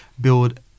build